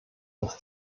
dass